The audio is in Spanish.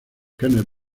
kenneth